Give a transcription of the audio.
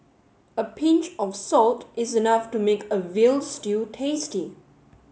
a pinch of salt is enough to make a veal stew tasty